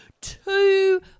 two